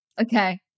okay